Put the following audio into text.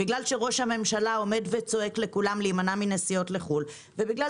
בגלל שראש הממשלה צועק לכולם להימנע מנסיעות לחו"ל ובגלל